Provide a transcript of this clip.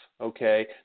okay